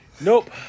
nope